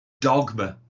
dogma